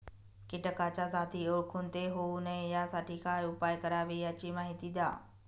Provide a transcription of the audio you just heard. किटकाच्या जाती ओळखून ते होऊ नये यासाठी काय उपाय करावे याची माहिती द्या